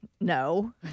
No